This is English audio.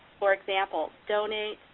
for example, donate,